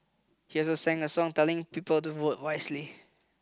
he also sang a song telling people to vote wisely